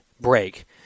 break